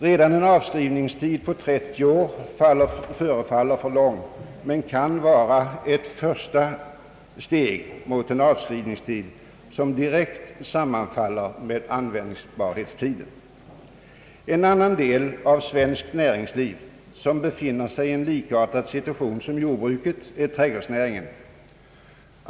Redan en avskrivningstid på 30 år förefaller för lång men kan vara ett förs ta steg mot en avskrivningstid som direkt sammanfaller med användbarhetstiden. En annan del av svenskt näringsliv som befinner sig i en likartad situation som jordbruket är trädgårdsnäringen.